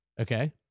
Okay